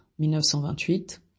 1928